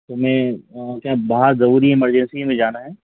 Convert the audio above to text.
तो मैं क्या है बाहर ज़रूरी इमरजेंसी में जाना है